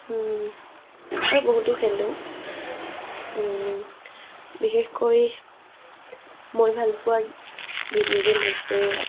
আৰু বহুতো খেলোঁ বিশেষকৈ মই ভালপোৱা ভিডিঅ' গেইম হৈছে